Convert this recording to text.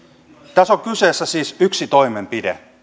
tässä on kyseessä siis yksi toimenpide